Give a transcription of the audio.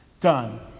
Done